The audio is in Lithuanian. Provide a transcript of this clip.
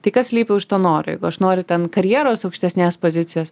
tai kas slypi už to noro jeigu aš noriu ten karjeros aukštesnės pozicijos